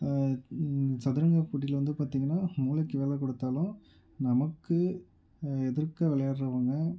சதுரங்க போட்டியில் வந்து பார்த்திங்கன்னா மூளைக்கு வேலை கொடுத்தாலும் நமக்கு எதிர்க்க விளையாடுறவங்க